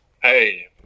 Hey